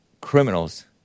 criminals